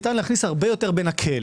ניתן להכניסם הרבה יותר בנקל.